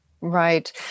Right